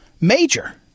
major